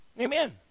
Amen